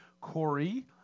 Corey